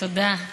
תודה,